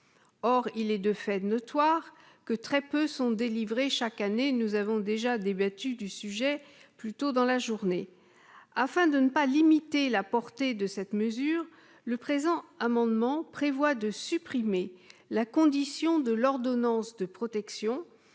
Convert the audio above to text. or il est de fait notoire que très peu sont délivrés chaque année, nous avons déjà débattu du sujet plus tôt dans la journée afin de ne pas limiter la portée de cette mesure, le présent amendement prévoit de supprimer la condition de l'ordonnance de protection